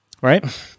right